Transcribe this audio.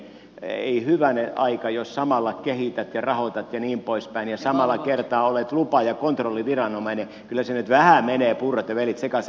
ei hyvänen aika jos samalla kehität ja rahoitat ja niin poispäin ja samalla kertaa olet lupa ja kontrolliviranomainen kyllä siinä nyt vähän menevät puurot ja vellit sekaisin